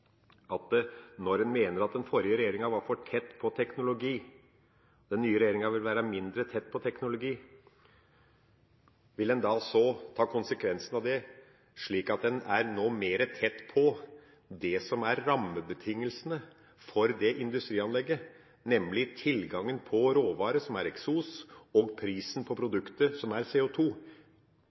at når en mener at den forrige regjeringa var for tett på teknologi – den nye regjeringa vil være mindre tett på teknologi – vil en da ta konsekvensene av det, slik at en er mer tett på det som er rammebetingelsene for dette industrianlegget, nemlig tilgangen på råvare, som er eksos, og prisen på produktet, som er